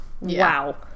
wow